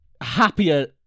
Happier